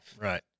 Right